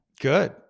Good